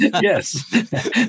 yes